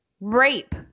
rape